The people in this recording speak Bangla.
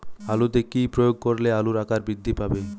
আলুতে কি প্রয়োগ করলে আলুর আকার বৃদ্ধি পাবে?